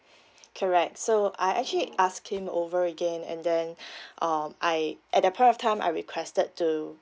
correct so I actually asked him over again and then um I at a pair of time I requested to